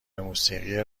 موسیقی